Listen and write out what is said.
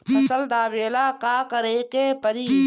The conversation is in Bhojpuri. फसल दावेला का करे के परी?